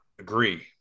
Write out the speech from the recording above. agree